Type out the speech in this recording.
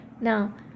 Now